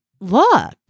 look